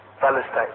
Palestine